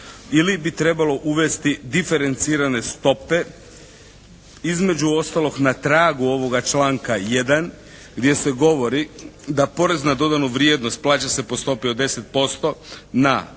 ili bi trebalo uvesti diferencirane stope, između ostalog na tragu ovoga članka 1. gdje se govori da porez na dodanu vrijednost plaća se po stopi od 10% na a)